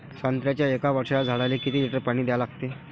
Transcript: संत्र्याच्या एक वर्षाच्या झाडाले किती लिटर पाणी द्या लागते?